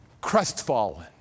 crestfallen